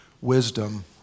wisdom